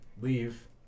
leave